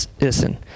Listen